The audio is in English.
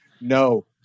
no